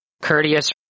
courteous